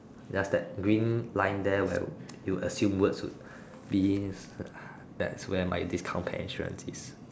there's that green line there where you assume words would be in that's where my discount pet insurance is